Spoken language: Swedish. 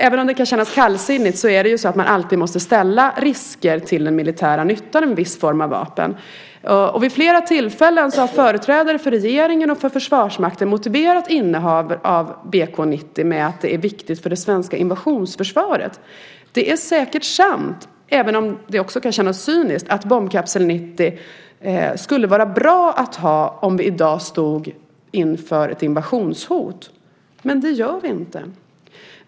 Även om det kan kännas kallsinnigt måste man ju alltid ställa riskerna mot den militära nyttan av en viss form av vapen. Vid flera tillfällen har företrädare för regeringen och Försvarsmakten motiverat innehavet av BK 90 med att det är viktigt för det svenska invasionsförsvaret. Det är säkert sant, även om det också kan kännas cyniskt, att bombkapsel 90 skulle vara bra att ha om vi i dag stod inför ett invasionshot - men det gör vi inte!